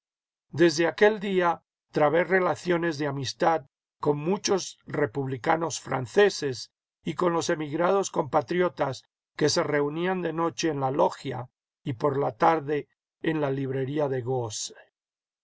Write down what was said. desde aquel día trabé relaciones de admistad con muchos republicanos franceses y con los emigrados compatriotas que se reunían de noche en la logia y por la tarde en la librería de